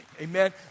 Amen